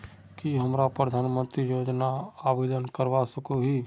की हमरा प्रधानमंत्री योजना आवेदन करवा सकोही?